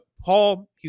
Paul